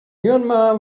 myanmar